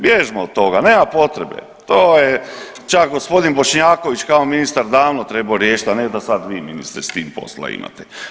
Bježmo od toga, nema potrebe, to je čak g. Bošnjaković kao ministar davno trebao riješiti, a ne da sad vi ministre s tim posla imate.